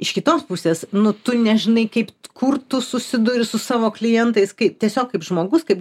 iš kitos pusės nu tu nežinai kaip kur tu susiduri su savo klientais kai tiesiog kaip žmogus kaip